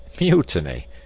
Mutiny